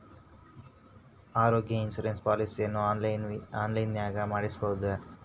ಆರೋಗ್ಯ ಇನ್ಸುರೆನ್ಸ್ ಪಾಲಿಸಿಯನ್ನು ಆನ್ಲೈನಿನಾಗ ಮಾಡಿಸ್ಬೋದ?